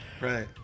Right